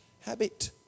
habit